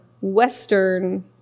Western